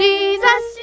Jesus